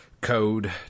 code